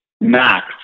max